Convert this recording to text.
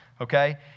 Okay